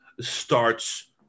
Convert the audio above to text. starts